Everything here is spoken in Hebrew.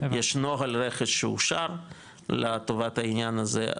יש נוהל רכש שאושר לטובת העניין הזה,